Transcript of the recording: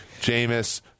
Jameis